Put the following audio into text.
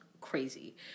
crazy